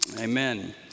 amen